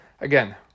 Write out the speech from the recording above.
again